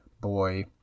boy